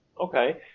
Okay